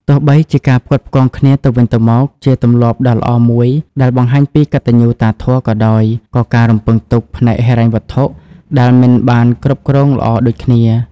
ទោះបីជាការផ្គត់ផ្គង់គ្នាទៅវិញទៅមកជាទម្លាប់ដ៏ល្អមួយដែលបង្ហាញពីកតញ្ញូតាធម៌ក៏ដោយ ក៏ការរំពឹងទុកផ្នែកហិរញ្ញវត្ថុដែលមិនបានគ្រប់គ្រងល្អដូចគ្នា។